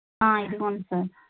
ఇదుగోండి sir